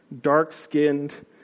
dark-skinned